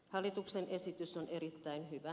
hallituksen esitys on erittäin hyvä